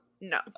No